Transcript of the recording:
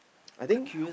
I think